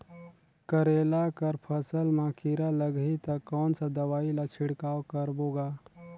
करेला कर फसल मा कीरा लगही ता कौन सा दवाई ला छिड़काव करबो गा?